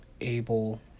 able